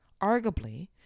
arguably